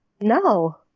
no